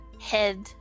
head